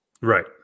Right